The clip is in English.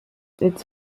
its